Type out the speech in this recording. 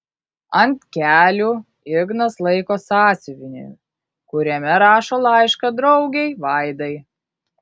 ant kelių ignas laiko sąsiuvinį kuriame rašo laišką draugei vaidai